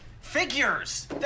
Figures